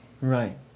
Right